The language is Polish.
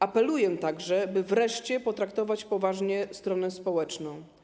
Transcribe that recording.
Apeluję także, by wreszcie potraktować poważnie stronę społeczną.